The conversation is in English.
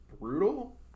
brutal